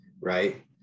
right